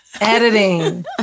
editing